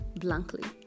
blankly